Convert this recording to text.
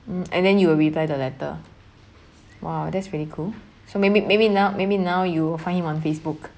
mm and then you will reply the letter !wow! that's really cool so maybe maybe now maybe now you'll find him on facebook